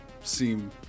seem